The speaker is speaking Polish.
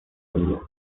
mnie